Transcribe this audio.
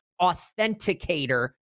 Authenticator